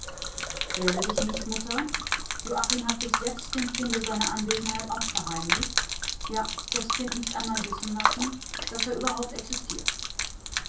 quäle dich nicht mutter joachim hat bis jetzt dem kinde seine anwesenheit auch verheimlicht ja das kind nicht einmal wissen lassen daß er überhaupt